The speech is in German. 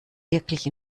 wirklich